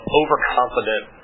overconfident